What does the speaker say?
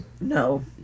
No